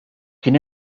kien